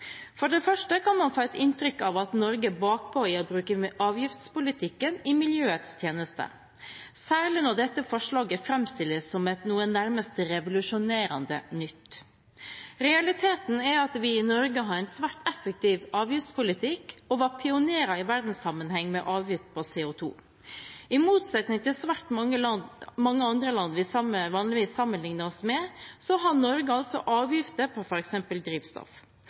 For det første kan man få inntrykk av at Norge er bakpå i å bruke avgiftspolitikken i miljøets tjeneste, særlig når dette forslaget framstilles som noe nærmest revolusjonerende nytt. Realiteten er at vi i Norge har en svært effektiv avgiftspolitikk og var pionerer i verdenssammenheng med avgift på CO 2 . I motsetning til svært mange andre land vi vanligvis sammenligner oss med, har Norge altså avgifter på f.eks. drivstoff.